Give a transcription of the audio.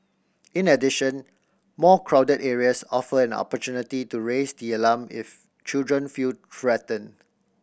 in addition more crowded areas offer an opportunity to raise the alarm if children feel threatened